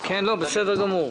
בסדר גמור.